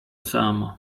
samo